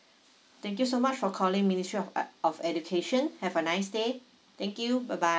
thank you so much for calling ministry of e~ of education have a nice day thank you bye bye